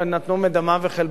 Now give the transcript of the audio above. אנשים הגיוניים,